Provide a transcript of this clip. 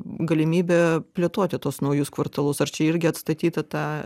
galimybė plėtoti tuos naujus kvartalus ar čia irgi atstatyta ta